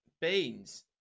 Beans